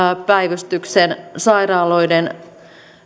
päivystyksen sairaaloiden